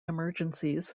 emergencies